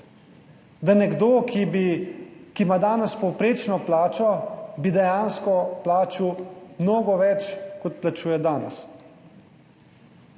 bi nekdo, ki ima danes povprečno plačo, dejansko plačal mnogo več, kot plačuje danes.